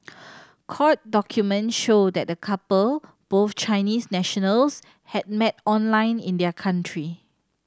court documents show that the couple both Chinese nationals had met online in their country